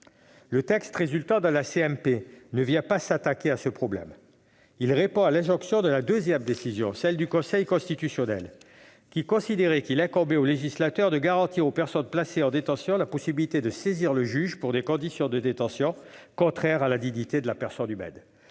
mixte paritaire ne vient pas s'attaquer à ce problème : il répond à l'injonction de la deuxième décision, celle du Conseil Constitutionnel, qui a considéré qu'il incombait au législateur de garantir aux personnes placées en détention la possibilité de saisir le juge pour des conditions de détention contraires à la dignité de la personne humaine.